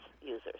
users